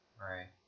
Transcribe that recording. Right